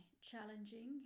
challenging